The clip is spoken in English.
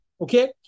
Okay